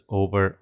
over